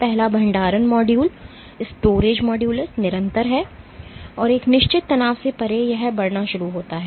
पहला भंडारण मॉड्यूल निरंतर है और एक निश्चित तनाव से परे यह बढ़ना शुरू होता है